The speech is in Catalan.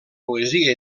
poesia